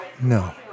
No